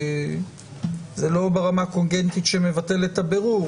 זה לא ברמה קוגנטית שמבטלת את הבירור,